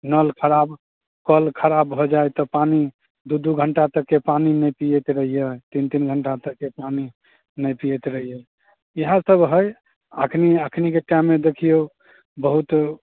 नल खराब कल खराब हो जाए तऽ पानि दू दू घण्टा तकके पानि नहि पीअैत रहियै तीन तीन घण्टा तक के पानि नहि पीअैत रहियै इहए सब हइ एखनि एखनिके टाइममे देखिऔ बहुत